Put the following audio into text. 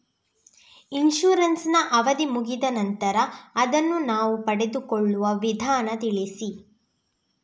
Insurance ನ ಅವಧಿ ಮುಗಿದ ನಂತರ ಅದನ್ನು ನಾವು ಪಡೆದುಕೊಳ್ಳುವ ವಿಧಾನ ತಿಳಿಸಿ?